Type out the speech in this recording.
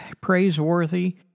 praiseworthy